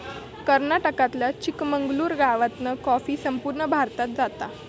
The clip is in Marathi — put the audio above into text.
कर्नाटकातल्या चिकमंगलूर गावातना कॉफी संपूर्ण भारतात जाता